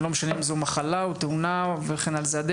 לא משנה אם זו מחלה או תאונה וכן הלאה,